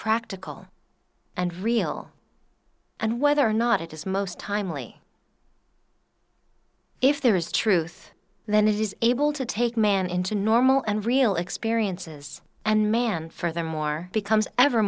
practical and real and whether or not it is most timely if there is truth then it is able to take man into normal and real experiences and man furthermore becomes ever